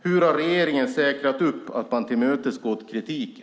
Hur har regeringen säkrat att man har tillmötesgått kritiken?